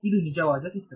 ಇದು ನಿಜವಾದ ಚಿತ್ರ